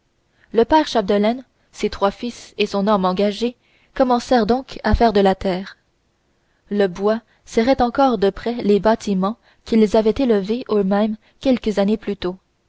le père chapdelaine ses trois fils et son homme engagé commencèrent donc à faire de la terre le bois serrait encore de près les bâtiments qu'ils avaient élevés eux-mêmes quelques années plus tôt